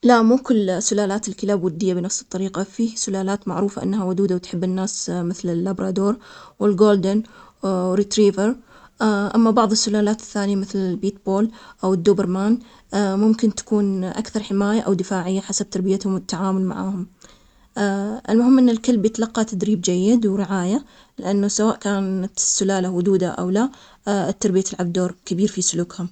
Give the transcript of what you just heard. لا مو كل سلالات الكلاب ودية بنفس الطريقة، في سلالات معروفة إنها ودودة وتحب الناس مثل الابرادور والجولدن الريتريفير. أما بعض السلالات الثانية مثل بيت بول أو الدوبر مان ممكن تكون أكثر حماية أو دفاعية حسب تربيتهم. والتعامل معاهم. المهم أن الكلب يتلقى تدريب جيد ورعاية لأنه سواء كانت السلالة ودودة أو لا، التربية تلعب دور كبير في سلوكهم.